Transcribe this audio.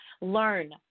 learn